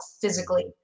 physically